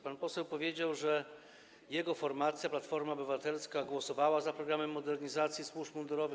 Pan poseł powiedział, że jego formacja, Platforma Obywatelska, głosowała za programem modernizacji służb mundurowych.